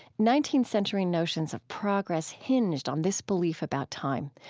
nineteenth-century notions of progress hinged on this belief about time.